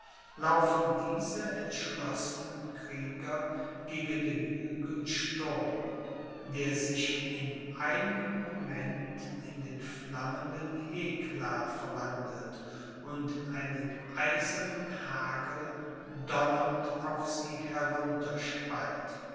laufen diese entschlossenen krieger gegen den hügel sturm der sich in einem moment in den flammenden hekla verwandelt und einen eisernen hagel donnernd auf sie